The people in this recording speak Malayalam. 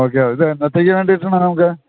ഓക്കേ ഇത് എന്നത്തേക്ക് വേണ്ടിയിട്ടാണ് നമുക്ക്